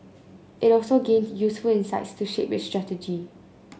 it also gained useful insights to shape its strategy